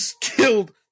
killed